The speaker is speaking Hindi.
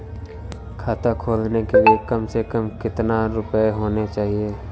खाता खोलने के लिए कम से कम कितना रूपए होने चाहिए?